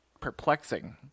perplexing